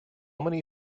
many